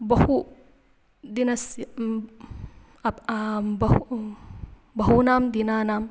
बहु दिनस्य बहु बहूनां दिनानाम्